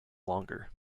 longer